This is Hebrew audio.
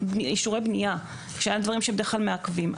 אישורי בנייה, שאלה הדברים שבדרך כלל מעכבים.